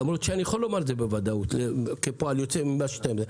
למרות שאני יכול לומר את זה בוודאות כפועל יוצא ממה שהוצג.